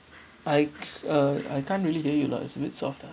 I c~ uh I can't really hear you lah it's a bit soft ah